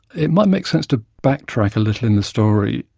it might make sense to backtrack a little in the story.